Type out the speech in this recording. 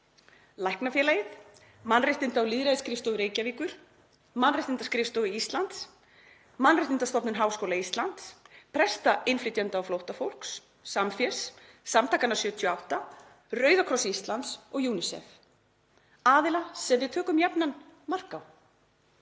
Læknafélagið, mannréttinda- og lýðræðisskrifstofu Reykjavíkur, Mannréttindaskrifstofu Íslands, Mannréttindastofnun Háskóla Íslands, presta innflytjenda og flóttafólks, Samfés, Samtökin '78, Rauða krossinn á Íslandi og UNICEF, aðila sem við tökum jafnan mark